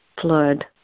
flood